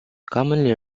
commonly